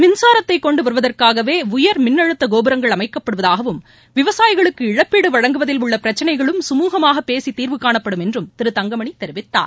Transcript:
மின்சாரத்தை கொண்டு வருவதற்காகவே உயர் மின்னழுத்த கோபுரங்கள் அமைக்கப்படுவதாகவும் விவசாயிகளுக்கு இழப்பீடு வழங்குவதில் உள்ள பிரச்சினைகளுக்கு சுமுகமாக பேசி தீர்வு காணப்படும் என்றும் திரு தங்கமணி தெரிவித்தார்